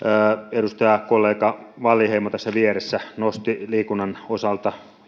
edustajakollega wallinheimo tässä vieressä nosti liikunnan osalta